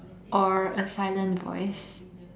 or A Silent Voice